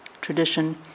tradition